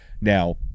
Now